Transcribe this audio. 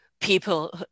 people